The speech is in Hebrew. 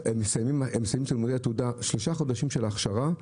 הם מסיימים את לימודי התעודה במשך שלושה חודשים של הכשרה,